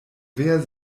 wehr